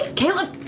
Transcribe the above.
caleb!